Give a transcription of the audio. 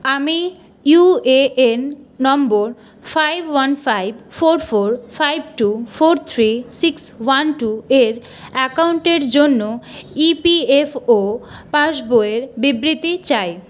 আমি UAN number five one five four four five two four three six one two এর অ্যাকাউন্টের জন্য EPFO পাসবইয়ের বিবৃতি চাই